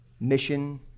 mission